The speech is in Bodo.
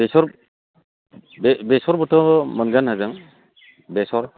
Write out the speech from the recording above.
बेसर बेसरबोथ' मोनगोन होजों बेसर